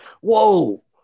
Whoa